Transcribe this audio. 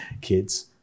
kids